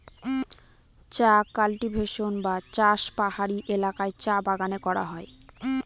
চা কাল্টিভেশন বা চাষ পাহাড়ি এলাকায় চা বাগানে করা হয়